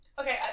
Okay